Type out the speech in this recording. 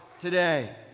today